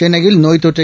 சென்னையில் நோய் தொற்றை